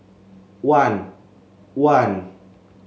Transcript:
one one